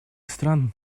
стран